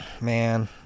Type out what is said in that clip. Man